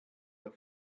der